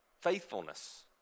Faithfulness